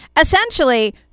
Essentially